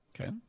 Okay